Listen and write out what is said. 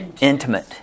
intimate